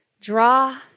Draw